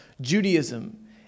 Judaism